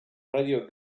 radio